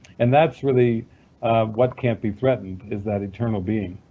and that's really what can't be threatened, it's that eternal being.